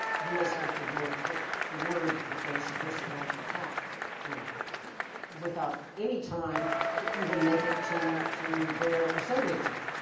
units get the word get the word that they're supposed to launch an attack you know without any time to even make it to to their assembly point,